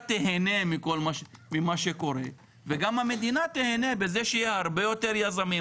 תהנה ממה שקורה וגם המדינה תהנה בזה שיהיה הרבה יותר יזמים,